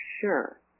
sure